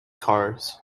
cars